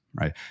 right